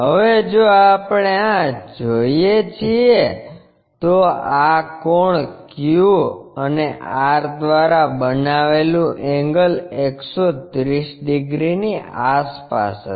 હવે જો આપણે આ જોઇએ છીએ તો આ કોણ Q અને R દ્વારા બનાવેલું એંગલ 113 ડિગ્રીની આસપાસ હશે